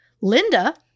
Linda